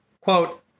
quote